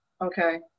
Okay